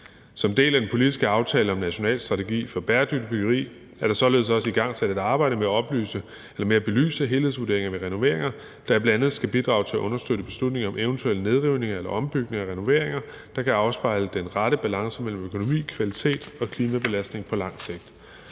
Som del af den politiske »Aftale om National strategi for bæredygtigt byggeri« er der således også igangsat et arbejde med at belyse helhedsvurderinger ved renoveringer, der bl.a. skal bidrage til at understøtte beslutninger om eventuel nedrivning eller ombygning, der kan afspejle den rette balance mellem økonomi, kvalitet og klimabelastning på lang sigt.